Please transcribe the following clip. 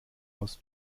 aus